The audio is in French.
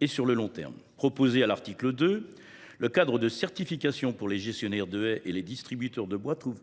donc de travailler à long terme. Défini à l’article 2, le cadre de certification pour les gestionnaires de haies et les distributeurs de bois ménage